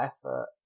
effort